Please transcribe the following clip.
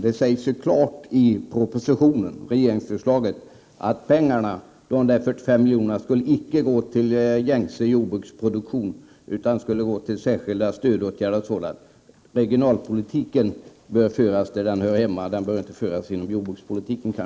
Det sägs klart i propositionen, dvs. regeringsförslaget, att de 45 milj.kr. icke skall gå till gängse jordbruksproduktion, utan till särskilda stödåtgärder och sådant. Regionalpolitiken bör diskuteras där den hör hemma, inte inom jordbrukspolitiken.